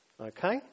okay